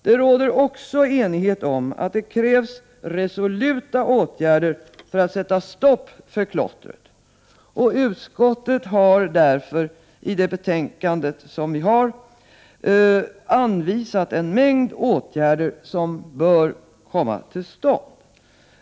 Det råder också enighet om att det krävs resoluta åtgärder för att sätta stopp för klottret. Utskottet har därför i föreliggande betänkande anvisat en mängd åtgärder som bör komma till stånd.